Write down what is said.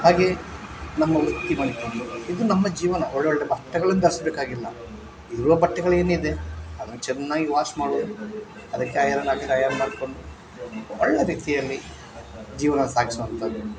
ಹಾಗೇ ನಮ್ಮ ವೃತ್ತಿ ಮಾಡಿಕೊಂಡು ಇದು ನಮ್ಮ ಜೀವನ ಒಳ್ಳೊಳ್ಳೆಯ ಬಟ್ಟೆಗಳನ್ನು ಧರಿಸ್ಬೇಕಾಗಿಲ್ಲ ಇರುವ ಬಟ್ಟೆಗಳೇನಿದೆ ಅದನ್ನು ಚೆನ್ನಾಗಿ ವಾಶ್ ಮಾಡೋದು ಅದಕ್ಕೆ ಐರನ್ ಹಾಕಿ ತಯಾರು ಮಾಡಿಕೊಂಡು ಒಳ್ಳೆಯ ರೀತಿಯಲ್ಲಿ ಜೀವನ ಸಾಗಿಸುವಂಥದ್ದು